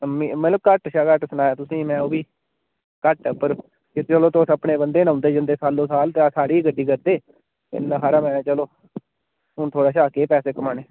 मे मतलब घट्ट शा घट्ट सनाया तुसें ई में ओह्बी घाटै उप्पर कि चलो तुस अपने बंदे न औंदे जंदे सालो साल ते साढ़ी गै गड्डी करदे इन्ना हारा महें चलो हून थुआढ़े शा केह् पैसे कमाने